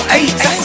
eight